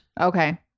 Okay